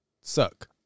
suck